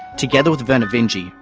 together with vernor vinge,